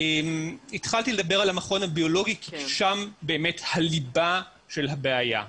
התחלתי לדבר על המכון הביולוגי כי שם באמת הליבה של הבעיה.